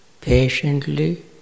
patiently